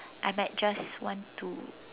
I might just want to